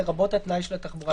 לרבות התנאי של התחבורה הציבורית.